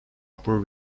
upper